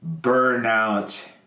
Burnout